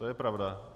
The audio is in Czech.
To je pravda.